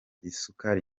isukari